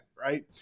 right